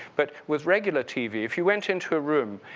but with regular tv, if you went into a room,